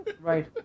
Right